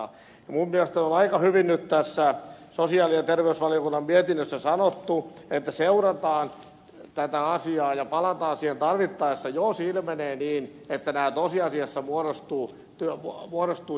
minun mielestäni on aika hyvin nyt tässä sosiaali ja terveysvaliokunnan mietinnössä sanottu että seurataan tätä asiaa ja palataan siihen tarvittaessa jos ilmenee että nämä tosiasiassa muodostuvat joissakin tapauksissa työllistymisen esteeksi